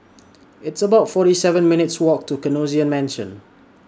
It's about forty seven minutes' Walk to Canossian mention